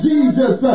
Jesus